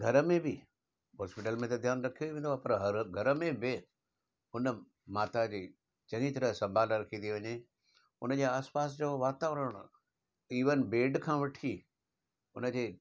त घर में बि हॉस्पिटल में त ध्यानु रखियो ई वेंदो आहे पर हर घर में बि उन माता जी चङी तरह संभाल रखी थी वञे उन जे आस पास जो वातावरणु ईवन बेड खां वठी उन जे